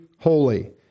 holy